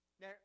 Now